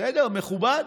בסדר, מכובד,